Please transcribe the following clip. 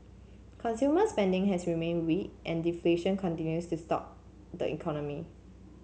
consumer spending has remained weak and deflation continues to stalk the economy